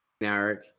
Eric